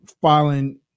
filing